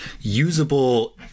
usable